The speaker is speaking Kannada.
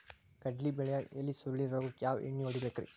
ಕಡ್ಲಿ ಬೆಳಿಯಾಗ ಎಲಿ ಸುರುಳಿ ರೋಗಕ್ಕ ಯಾವ ಎಣ್ಣಿ ಹೊಡಿಬೇಕ್ರೇ?